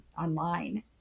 online